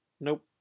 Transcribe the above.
nope